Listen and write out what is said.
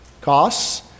costs